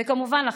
וכמובן לכם,